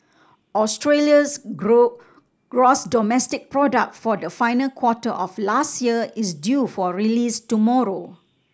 Australia's gross domestic product for the final quarter of last year is due for release tomorrow